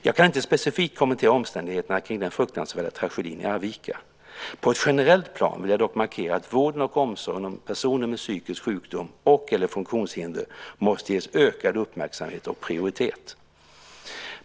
Jag kan inte specifikt kommentera omständigheterna kring den fruktansvärda tragedin i Arvika. På ett generellt plan vill jag dock markera att vården och omsorgen om personer med psykisk sjukdom eller funktionshinder måste ges ökad uppmärksamhet och prioritet.